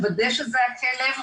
מוודא שזה הכלב,